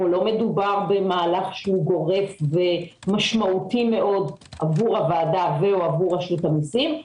לא מדובר במהלך גורף ומשמעותי מאוד עבור הוועדה או עבור רשות המסים.